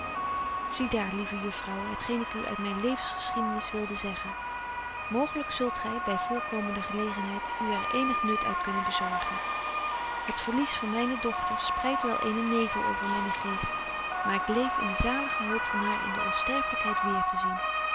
zie daar lieve juffrouwen het geen ik u uit myn levensgeschiedenis wilde zeggen mooglyk zult gy by voorkomende gelegenheid er u eenig nut uit kunnen bezorgen het verlies van myne dochter spreidt wel eenen nevel over mynen geest maar ik leef in de zalige hoop van haar in de onsterflykheid weer te zien